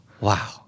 Wow